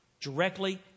Directly